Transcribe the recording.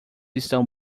estão